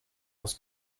parce